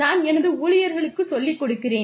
நான் எனது ஊழியர்களுக்கு சொல்லிக் கொடுக்கிறேன்